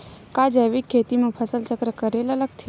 का जैविक खेती म फसल चक्र करे ल लगथे?